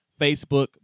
Facebook